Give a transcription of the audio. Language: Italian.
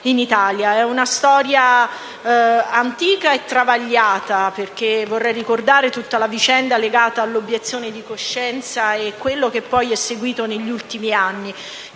È una storia antica e travagliata, e vorrei ricordare tutta la vicenda legata all'obiezione di coscienza e quello che poi è seguito negli ultimi anni.